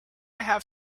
have